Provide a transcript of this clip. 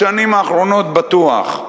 בשנים האחרונות בטוח.